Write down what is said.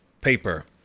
paper